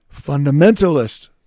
fundamentalist